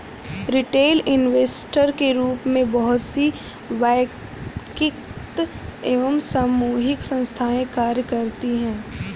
retail investor के रूप में बहुत सी वैयक्तिक एवं सामूहिक संस्थाएं कार्य करती हैं